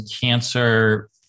cancer